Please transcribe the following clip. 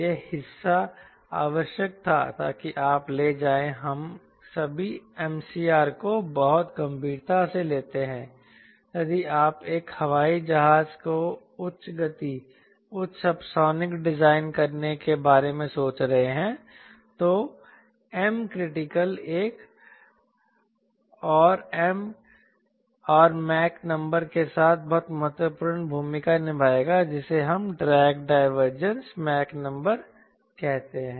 यह हिस्सा आवश्यक था ताकि आप ले जाएं हम सभी MCR को बहुत गंभीरता से लेते हैं यदि आप एक हवाई जहाज को उच्च गति उच्च सबसोनिक डिजाइन करने के बारे में सोच रहे हैं तो एम क्रिटिकल एक और मैक नंबर के साथ बहुत महत्वपूर्ण भूमिका निभाएगा जिसे हम ड्रैग डाइवरेज मैक नंबर कहते हैं